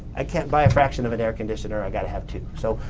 i can't buy a fraction of an air-conditioner i've got to have two. so,